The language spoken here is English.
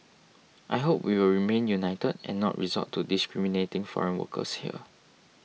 I hope we will remain united and not resort to discriminating foreign workers here